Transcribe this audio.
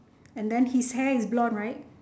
and then his hair is blonde right